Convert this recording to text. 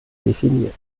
definiert